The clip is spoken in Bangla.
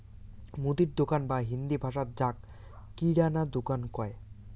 মুদির দোকান বা হিন্দি ভাষাত যাক কিরানা দুকান কয়